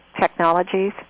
technologies